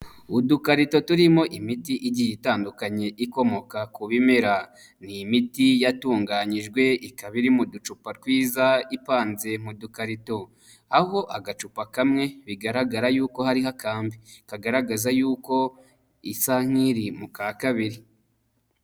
Udukarito turimo imiti igiye itandukanye ikomoka ku bimera. Ni imiti yatunganyijwe ikaba iri mu ducupa twiza ipanze mu dukarito. Aho agacupa kamwe bigaragara y'uko hariho akambi. Kagaragaza y'uko isa nk'iri mu ka kabiri.